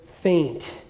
faint